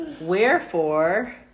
Wherefore